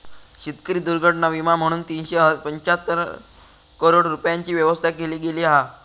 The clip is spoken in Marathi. शेतकरी दुर्घटना विमा म्हणून तीनशे पंचाहत्तर करोड रूपयांची व्यवस्था केली गेली हा